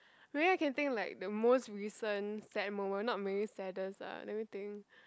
maybe I can think like the most recent sad moment not maybe saddest ah let me think